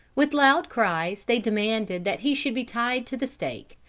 with loud cries they demanded that he should be tied to the stake,